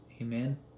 Amen